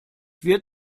wird